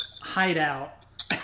hideout